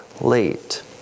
late